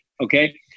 Okay